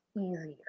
easier